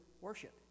worship